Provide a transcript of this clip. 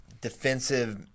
defensive